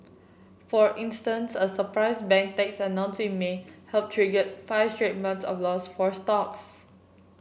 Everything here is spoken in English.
for instance a surprise bank tax announced in May helped trigger five straight months of loss for stocks